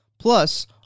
Plus